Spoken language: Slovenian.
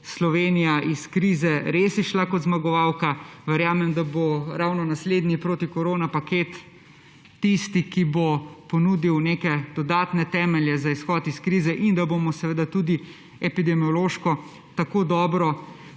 Slovenija iz krize res izšla kot zmagovalka. Verjamem, da bo ravno naslednji protikorona paket tisti, ki bo ponudil neke dodatne temelje za izhod iz krize in da bomo seveda tudi epidemiološko tako dobro